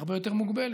הרבה יותר מוגבלת.